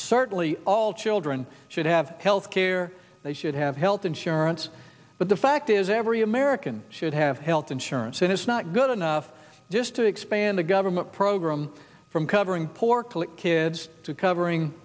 certainly all children should have health care they should have health insurance but the fact is every american should have health insurance and it's not good enough just to expand the government program from covering poor kids to covering